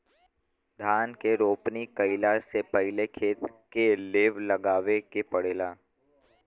धान के रोपनी कइला से पहिले खेत के लेव लगावे के पड़ेला